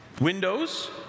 Windows